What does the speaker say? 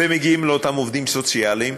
והם מגיעים לאותם עובדים סוציאליים,